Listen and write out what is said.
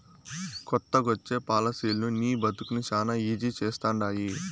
కొత్తగొచ్చే పాలసీలనీ నీ బతుకుని శానా ఈజీ చేస్తండాయి